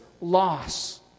loss